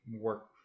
work